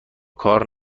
کار